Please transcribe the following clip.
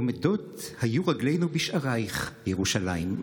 עמדות היו רגלינו בשעריך ירושלם.